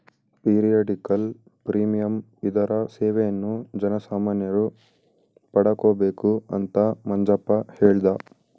periodical premium ಇದರ ಸೇವೆಯನ್ನು ಜನಸಾಮಾನ್ಯರು ಪಡಕೊಬೇಕು ಅಂತ ಮಂಜಪ್ಪ ಹೇಳ್ದ